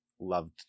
Loved